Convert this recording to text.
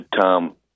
Tom